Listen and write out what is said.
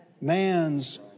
man's